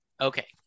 Okay